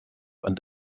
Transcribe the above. and